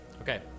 Okay